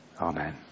Amen